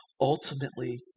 ultimately